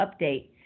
update